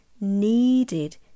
needed